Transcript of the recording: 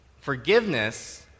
Forgiveness